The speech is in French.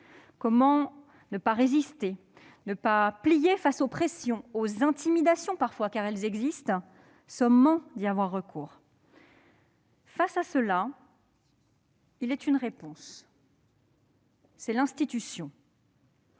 Comment ne pas plier face aux pressions, aux intimidations parfois, car elles existent, sommant d'y avoir recours ? Face à cela, il est une réponse : l'institution.